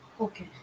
Okay